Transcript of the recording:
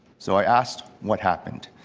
so i asked what happened.